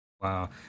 Wow